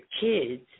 kids